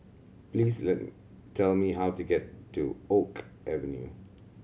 please tell me how to get to Oak Avenue